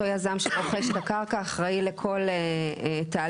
אותו יזם שרוכש את הקרקע אחראי לכל תהליך